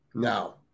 Now